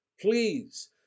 Please